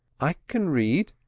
i can read